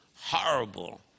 horrible